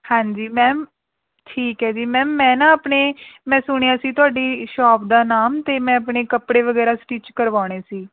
ਹਾਂਜੀ ਮੈਮ ਠੀਕ ਹੈ ਜੀ ਮੈਮ ਮੈਂ ਨਾ ਆਪਣੇ ਮੈਂ ਸੁਣਿਆ ਸੀ ਤੁਹਾਡੀ ਸ਼ੌਪ ਦਾ ਨਾਮ ਅਤੇ ਮੈਂ ਆਪਣੇ ਕੱਪੜੇ ਵਗੈਰਾ ਸਟਿੱਚ ਕਰਵਾਉਣੇ ਸੀ